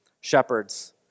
Shepherds